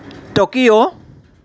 Tokyo